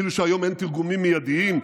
כאילו שהיום אין תרגומים מיידיים,